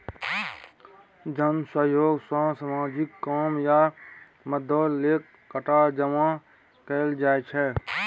जन सहयोग सँ सामाजिक काम या मदतो लेल टका जमा कएल जाइ छै